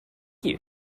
you